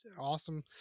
awesome